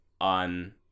on